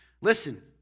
Listen